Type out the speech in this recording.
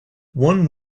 one